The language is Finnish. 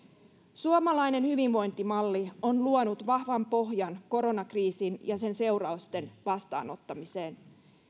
suomalainen hyvinvointimalli on luonut vahvan pohjan koronakriisin ja sen seurausten vastaanottamiseen